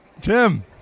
Tim